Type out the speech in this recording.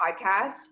podcast